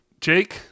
Jake